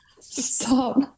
Stop